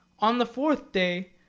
on the fourth day,